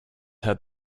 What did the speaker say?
had